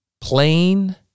plain